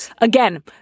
again